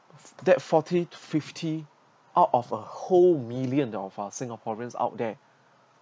that forty to fifty out of a whole million of our singaporeans out there